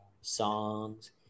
songs